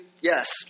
Yes